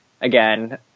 again